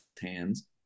hands